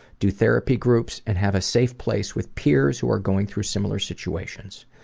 do therapy groups, and have a safe place with peers who are going through similar situations.